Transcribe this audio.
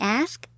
ask